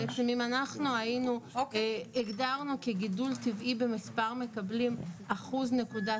בעצם אם אנחנו הגדרנו כגידול טבעי במספר מקבלים 1.09%,